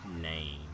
name